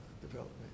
development